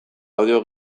audio